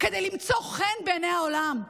כדי למצוא חן בעיני העולם.